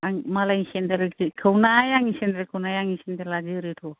आं मालायनि सेनदेल खौ नाय आंनि सेनदेल खौ नाय आंनि सेनदेल आ जोरोथ'